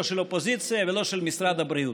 לא של האופוזיציה ולא של משרד הבריאות.